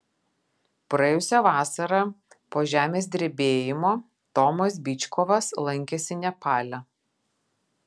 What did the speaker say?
praėjusią vasarą po žemės drebėjimo tomas byčkovas lankėsi nepale